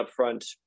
upfront